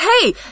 hey